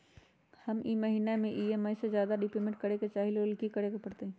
हम ई महिना में ई.एम.आई से ज्यादा रीपेमेंट करे के चाहईले ओ लेल की करे के परतई?